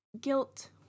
guilt